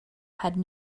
had